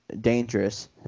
dangerous